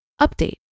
Update